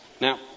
Now